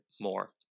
more